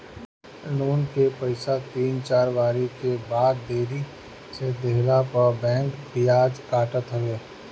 loan के पईसा तीन चार बारी के बाद देरी से देहला पअ बैंक बियाज काटत हवे